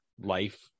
life